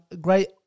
great